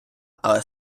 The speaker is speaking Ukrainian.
але